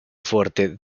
fuerte